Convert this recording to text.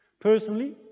Personally